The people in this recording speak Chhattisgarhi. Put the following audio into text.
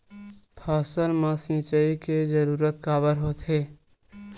फसल मा सिंचाई के जरूरत काबर होथे?